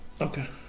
Okay